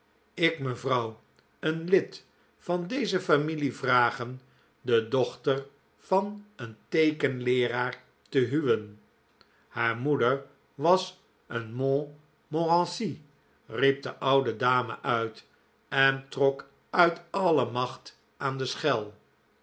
ik mevrouw een lid van deze familie vragen de dochter van een teekenleeraar te huwen haar moeder was een montmorency riep de oude dame uit en trok uit alle macht aan de schel